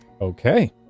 Okay